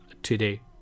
Today